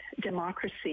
democracy